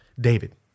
David